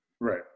Right